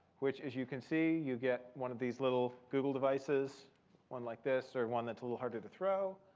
which, as you can see, you get one of these little google devices one like this, or one that's a little harder to throw.